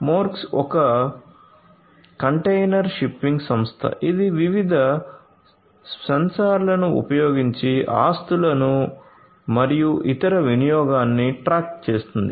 Maersk ఒక container shipping సంస్థ ఇది వివిధ సెన్సార్లను ఉపయోగించి ఆస్తులను మరియు ఇంధన వినియోగాన్ని ట్రాక్ చేస్తుంది